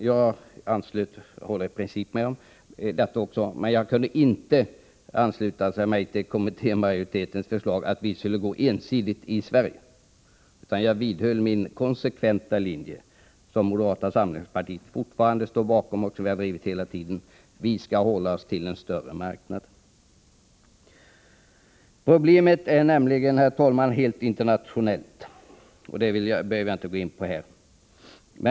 Jag håller i princip med, men jag kunde inte ansluta mig till kommittémajoritetens förslag att vi i Sverige ensidigt skulle göra detta. Jag vidhöll min konsekventa linje, som moderata samlingspartiet fortfarande står bakom och som vi har drivit hela tiden; vi skall hålla oss till den större marknaden. Problemet är, herr talman, internationellt. Detta behöver jag inte gå in på här.